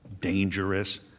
dangerous